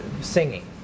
singing